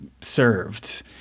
served